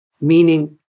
Meaning